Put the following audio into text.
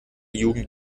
jugend